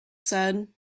said